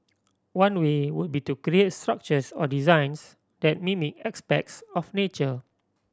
one way would be to create structures or designs that mimic aspects of nature